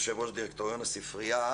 יושב ראש דירקטוריון הספרייה,